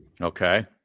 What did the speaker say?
Okay